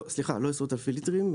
לא, סליחה, לא עשרות אלפי ליטרים.